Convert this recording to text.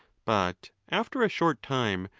but after a short time,